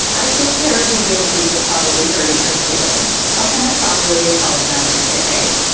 i feel terribly guilty for probably hurting her feelings. how can i properly apologize to a